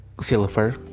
silver